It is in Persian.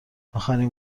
آخرین